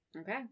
Okay